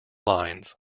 lines